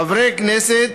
חברי הכנסת,